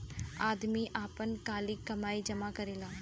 आदमी आपन काली कमाई जमा करेला